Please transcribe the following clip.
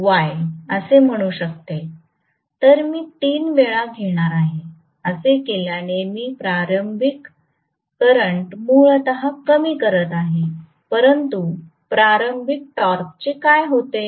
तर मी तीन वेळा घेणार आहे असे केल्याने मी प्रारंभिक करंट मूलत कमी करत आहे परंतु प्रारंभिक टॉर्कचे काय होते